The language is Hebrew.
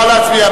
נא להצביע,